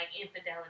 infidelity